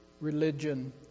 religion